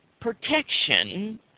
protection